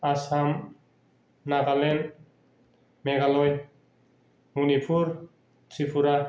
Assam Nagaland Meghalaya Manipur Tripura